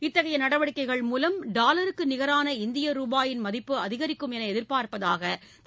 இத்தகைய நடவடிக்கைகள் மூலம் டாலருக்கு நிகரான இந்திய ரூபாய் மதிப்பு அதிகரிக்கும் என்று எதிர்பார்ப்பதாக திரு